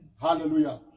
Hallelujah